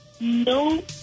No